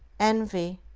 envy,